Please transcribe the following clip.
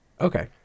Okay